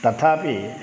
तथापि